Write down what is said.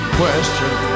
question